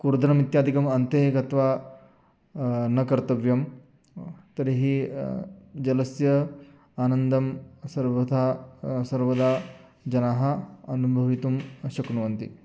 कुर्दनमित्यादिकम् अन्ते गत्वा न कर्तव्यं तर्हि जलस्य आनन्दं सर्वथा सर्वदा जनाः अनुभवितुं शक्नुवन्ति